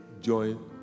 join